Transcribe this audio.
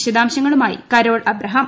വിശദാംശങ്ങളുമായി Carol Abraham